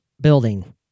building